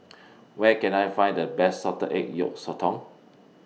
Where Can I Find The Best Salted Egg Yolk Sotong